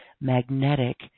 magnetic